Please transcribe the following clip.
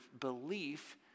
belief